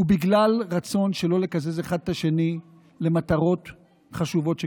ובגלל רצון שלא לקזז אחד את השני למטרות חשובות שכאלה.